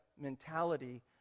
mentality